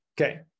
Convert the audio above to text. okay